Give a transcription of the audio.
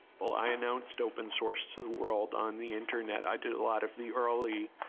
but i announced open source to the world on the internet i did a lot of the early.